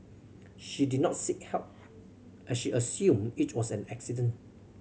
she did not seek help as she assumed it was an accident